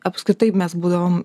apskritai mes būdavom